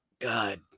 God